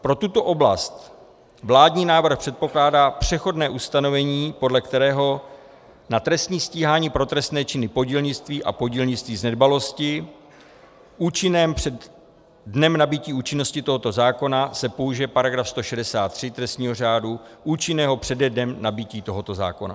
Pro tuto oblast vládní návrh předpokládá přechodné ustanovení, podle kterého na trestní stíhání pro trestné činy podílnictví a podílnictví z nedbalosti účinné před dnem nabytí účinnosti tohoto zákona se použije § 163 trestního řádu účinného přede dnem nabytí tohoto zákona.